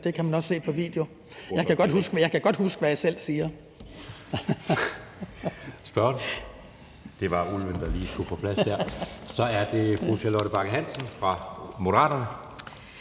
det kan man også se på video. Men jeg kan godt huske, hvad jeg selv siger.